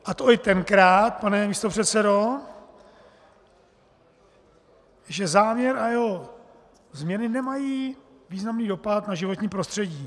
A to i tenkrát, pane místopředsedo, že záměr a jeho změny nemají významný dopad na životní prostředí.